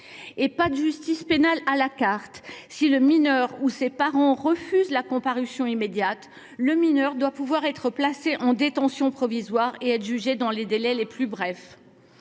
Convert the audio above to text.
Et pas de justice pénale à la carte : si le mineur ou ses parents refusent la comparution immédiate, le mineur doit pouvoir être placé en détention provisoire et être jugé dans les délais les plus brefs.